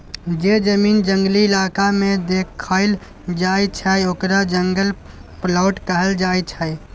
जे जमीन जंगली इलाका में देखाएल जाइ छइ ओकरा जंगल प्लॉट कहल जाइ छइ